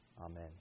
Amen